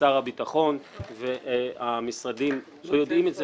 לשר הביטחון והמשרדים לא יודעים את זה,